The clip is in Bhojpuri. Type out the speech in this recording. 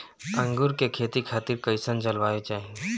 अंगूर के खेती खातिर कइसन जलवायु चाही?